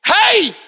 Hey